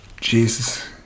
Jesus